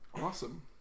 Awesome